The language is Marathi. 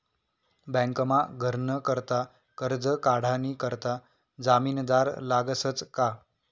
बँकमा घरनं करता करजं काढानी करता जामिनदार लागसच का